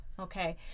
okay